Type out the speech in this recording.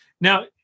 Now